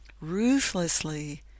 ruthlessly